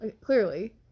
Clearly